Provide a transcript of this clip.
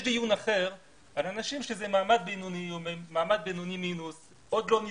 יש דיון אחר על אנשים שזה מעמד בינוני או בינוני מינוס עוד לא נצרכים.